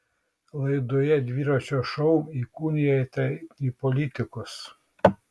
laidoje dviračio šou įkūnijate į politikus